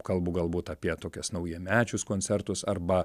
kalbu galbūt apie tokias naujamečius koncertus arba